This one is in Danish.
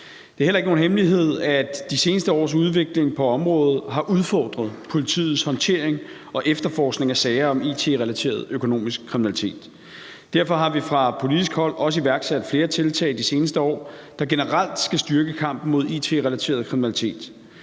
Det er heller ikke nogen hemmelighed, at de seneste års udvikling på området har udfordret politiets håndtering og efterforskning af sager om it-relateret økonomisk kriminalitet. Derfor har vi fra politisk hold også iværksat flere tiltag de seneste år, der generelt skal styrke kampen mod it-relateret kriminalitet.